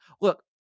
look